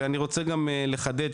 ואני רוצה גם לחדד,